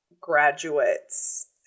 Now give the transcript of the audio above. graduates